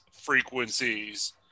frequencies